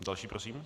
Další prosím.